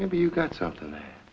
maybe you've got something that